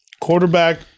Quarterback